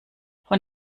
von